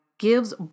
gives